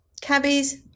cabbies